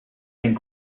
ein